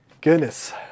Goodness